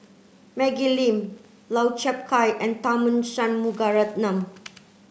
Maggie Lim Lau Chiap Khai and Tharman Shanmugaratnam